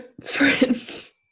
friends